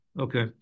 Okay